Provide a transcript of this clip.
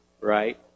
right